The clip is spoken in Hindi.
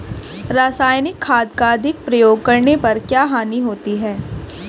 रासायनिक खाद का अधिक प्रयोग करने पर क्या हानि होती है?